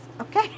Okay